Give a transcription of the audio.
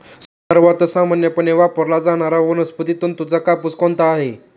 सर्वात सामान्यपणे वापरला जाणारा वनस्पती तंतूचा कापूस कोणता आहे?